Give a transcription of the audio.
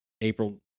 April